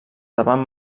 davant